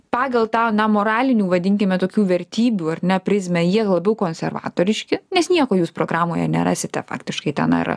pagal tą na moralinių vadinkime tokių vertybių ar ne prizmę jie labiau konservatoriški nes nieko jūs programoje nerasite faktiškai ten ar